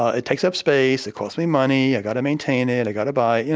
ah it takes up space. it cost me money. i got to maintain it. i got to buy it. you know